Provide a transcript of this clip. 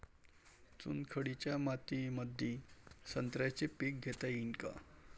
चुनखडीच्या मातीमंदी संत्र्याचे पीक घेता येईन का?